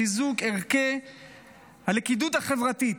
לחיזוק ערכי הלכידות החברתית,